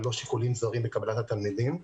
ללא שיקולים זרים בקבלת התלמידים.